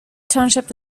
township